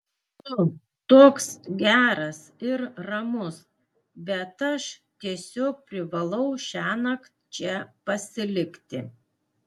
tu toks geras ir ramus bet aš tiesiog privalau šiąnakt čia pasilikti